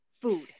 food